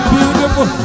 Beautiful